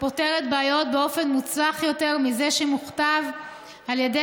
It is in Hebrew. פותרת בעיות באופן מוצלח יותר מזה שמוכתב על ידי